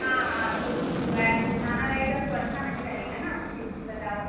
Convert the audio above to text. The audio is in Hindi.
हाँ हाँ ख़ुशबू उशबू आए मुरझाया रहेगा तो अच्छी नहीं लगेगी ना फिर सज़ावट